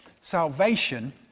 Salvation